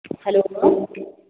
hello